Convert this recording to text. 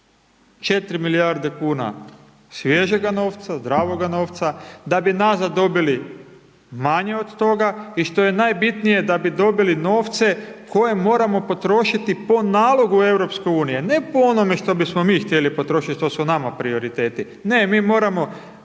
4 milijarde kuna svježega novca, zdravoga novca da bi nazad dobili manje od toga i što je najbitnije da bi dobili novce koje moramo potrošiti po nalogu EU, ne po onome što bismo mi htjeli potrošiti, što su nama prioriteti, ne mi moramo